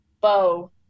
bow